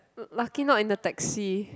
lucky not in a taxi